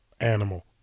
Animal